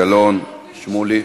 גלאון, שמולי,